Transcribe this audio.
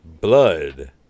Blood